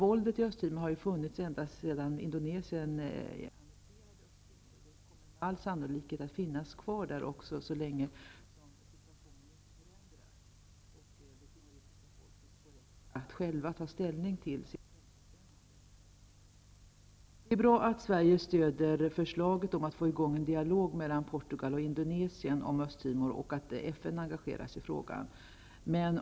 Våldet i Östtimor har funnits ända sedan Indonesien annekterade Östtimor och kommer med all sannolikhet att finnas kvar så länge situationen är som den är och tills den timoresiska befolkningen själv får ta ställning till sin framtid. Det är bra att Sverige stödjer förslaget om att få i gång en dialog mellan Portugal och Indonesien och att FN engagerar sig i frågan.